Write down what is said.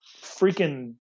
freaking